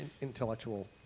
intellectual